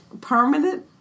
permanent